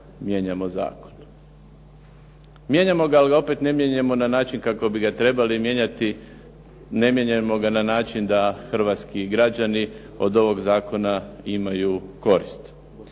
Mijenjamo ga, ali opet ne mijenjamo na način kako bi ga trebali mijenjati. Ne mijenjamo ga na način da hrvatski građani od ovog zakona imaju korist.